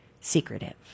secretive